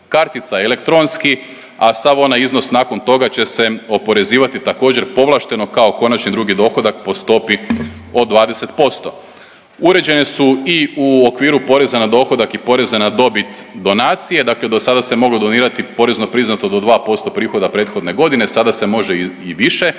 kartica elektronski, a sav onaj iznos nakon toga će se oporezivati također povlašteno kao konačni drugi dohodak po stopi od 20%. Uređene su i u okviru poreza na dohodak i poreza na dobit donacije, dakle dosada se moglo donirati porezno priznato do 2% prihoda prethodne godine, sada se može i više,